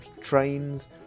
trains